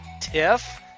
Tiff